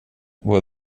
were